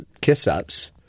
kiss-ups